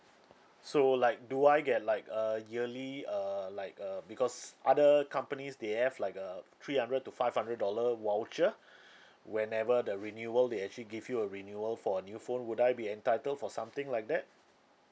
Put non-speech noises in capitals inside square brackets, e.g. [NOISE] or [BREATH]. so like do I get like a yearly uh like uh because other companies they have like uh three hundred to five hundred dollar voucher [BREATH] whenever the renewal they actually give you a renewal for a new phone would I be entitled for something like that